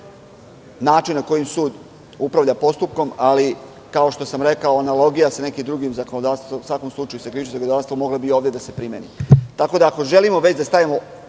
način na koji sud upravlja postupkom, ali, kao što sam rekao, analogija sa nekim drugim zakonodavstvom, u svakom slučaju sa krivičnim zakonodavstvom, mogla bi ovde da se primeni, tako da ako želimo već da stavimo